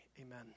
amen